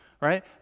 right